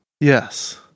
Yes